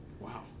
Wow